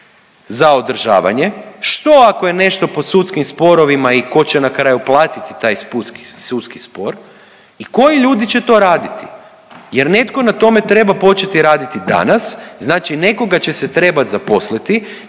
za održavanje, što ako je nešto pod sudskim sporovima i ko će na kraju platiti taj sudski spor i koji ljudi će to raditi jer netko na tome treba početi raditi danas, znači nekoga će se trebat zaposliti,